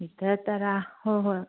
litre ꯇꯔꯥ ꯍꯣꯏ ꯍꯣꯏ